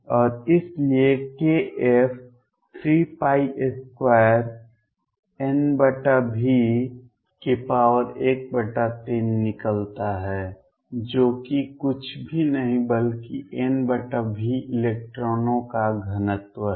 और इसलिए kF 32NV13 निकलता है जो कि कुछ भी नहीं बल्कि NV इलेक्ट्रॉनों का घनत्व है